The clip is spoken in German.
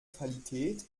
qualität